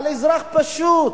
אבל אזרח פשוט,